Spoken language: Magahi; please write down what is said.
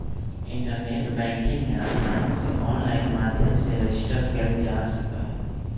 इन्टरनेट बैंकिंग में आसानी से आनलाइन माध्यम से रजिस्टर कइल जा सका हई